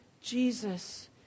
Jesus